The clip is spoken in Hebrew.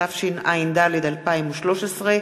התשע"ד 2013,